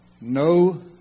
No